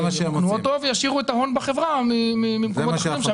וישאירו את ההון בחברה ממקומות אחרים.